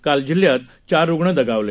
काल जिल्ह्यात चार रुग्ण दगावले